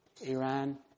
Iran